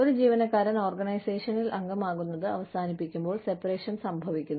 ഒരു ജീവനക്കാരൻ ഓർഗനൈസേഷനിൽ അംഗമാകുന്നത് അവസാനിപ്പിക്കുമ്പോൾ സെപറേഷൻ സംഭവിക്കുന്നു